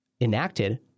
enacted